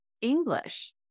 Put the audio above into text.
English